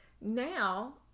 now